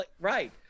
Right